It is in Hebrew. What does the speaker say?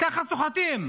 ככה סוחטים.